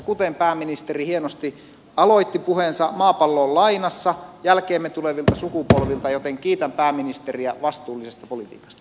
kuten pääministeri hienosti aloitti puheensa maapallo on lainassa jälkeemme tulevilta sukupolvilta joten kiitän pääministeriä vastuullisesta politiikasta